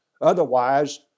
Otherwise